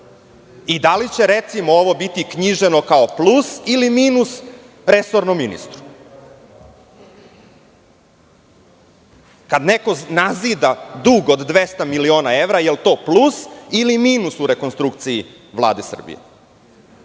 li će ovo biti knjiženo kao plus ili minus resornom ministru. Kada neko nazida dug od 200 miliona evra, da li je to plus ili minus u rekonstrukciji Vlade Srbije? To